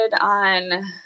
on